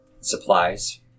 supplies